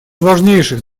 важнейших